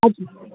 अछा